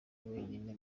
wenyine